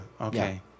Okay